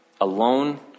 alone